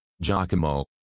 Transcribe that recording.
Giacomo